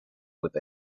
with